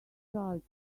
charge